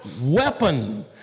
weapon